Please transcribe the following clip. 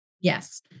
yes